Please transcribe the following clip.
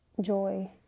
joy